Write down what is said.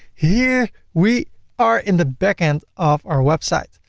yeah we are in the back end of our website.